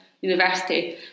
University